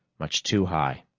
much too high.